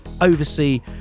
oversee